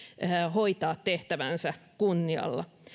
hoitaa tehtävänsä kunnialla